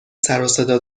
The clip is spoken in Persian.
سروصدا